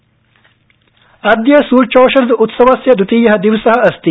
सुच्यौषधम् अद्य सूच्योषध उत्सवस्य द्वितीय दिवस अस्ति